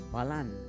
Balan